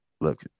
look